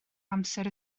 amser